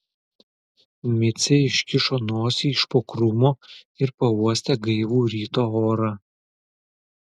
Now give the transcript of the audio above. micė iškišo nosį iš po krūmo ir pauostė gaivų ryto orą